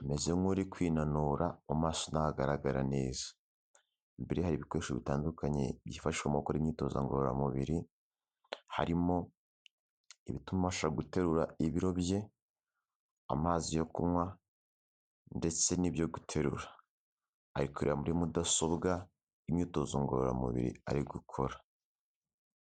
ameze nk'uri kwinanura mu maso ntabwo agaragara neza. Imbere ye hari ibikoresho bitandukanye byifashishwa mu gukora imyitozo ngororamubiri, harimo ibituma abasha guterura ibiro bye, amazi yo kunywa ndetse n'ibyo guterura, ari kurebera muri mudasobwa imyitozo ngororamubiri ari gukora.